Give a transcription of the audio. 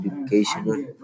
Educational